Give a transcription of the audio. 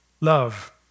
love